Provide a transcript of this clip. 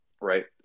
right